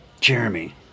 Jeremy